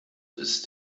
ist